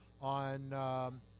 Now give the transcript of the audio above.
on